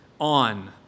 on